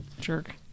Jerk